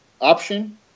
option